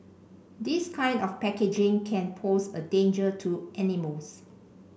this kind of packaging can pose a danger to animals